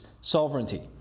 sovereignty